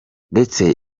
ndetse